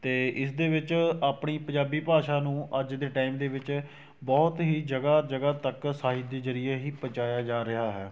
ਅਤੇ ਇਸ ਦੇ ਵਿੱਚ ਆਪਣੀ ਪੰਜਾਬੀ ਭਾਸ਼ਾ ਨੂੰ ਅੱਜ ਦੇ ਟਾਈਮ ਦੇ ਵਿੱਚ ਬਹੁਤ ਹੀ ਜਗ੍ਹਾ ਜਗ੍ਹਾ ਤੱਕ ਸਾਹਿਤ ਦੇ ਜ਼ਰੀਏ ਹੀ ਪਹੁੰਚਾਇਆ ਜਾ ਰਿਹਾ ਹੈ